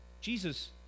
Jesus